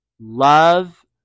love